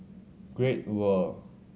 Great World